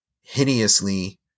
hideously